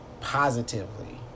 positively